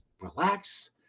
relax